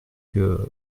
que